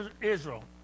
Israel